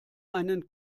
einen